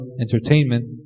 entertainment